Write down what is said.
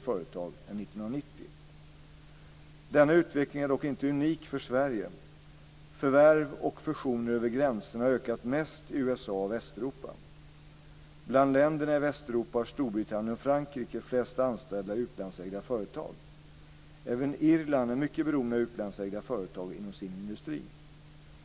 företag än 1990. Denna utveckling är dock inte unik för Sverige. Förvärv och fusioner över gränserna har ökat mest i USA och i Västeuropa. Bland länderna i Västeuropa har Storbritannien och Frankrike flest anställda i utlandsägda företag. Även Irland är mycket beroende av utlandsägda företag inom sin industri.